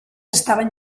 estaven